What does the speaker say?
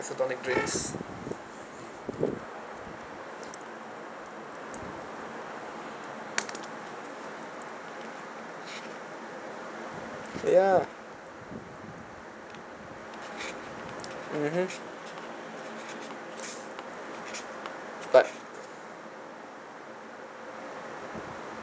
isotonic drinks ya mmhmm but